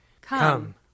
Come